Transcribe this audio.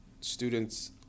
students